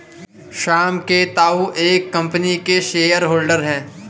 श्याम के ताऊ एक कम्पनी के शेयर होल्डर हैं